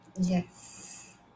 Yes